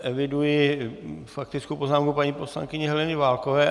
Eviduji faktickou poznámku paní poslankyně Heleny Válkové.